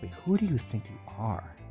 who do you think you are?